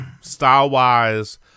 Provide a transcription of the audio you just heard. style-wise